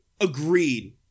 agreed